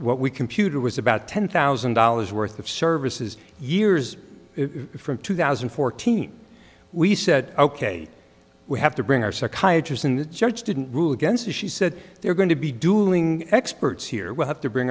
what we computer was about ten thousand dollars worth of services years from two thousand and fourteen we said ok we have to bring our psychiatrist in the judge didn't rule against it she said they're going to be dueling experts here we'll have to bring